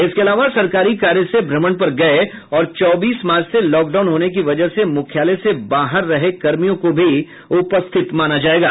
इसके अलावा सरकारी कार्य से भ्रमण पर गये और चौबीस मार्च से लॉकडाउन होने की वजह से मुख्यालय से बाहर रहे कर्मियों को भी उपस्थित माना जायेगा